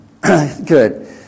Good